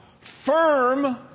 firm